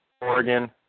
Oregon